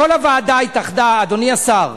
אדוני השר,